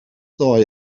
ddoe